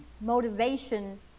motivation